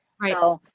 right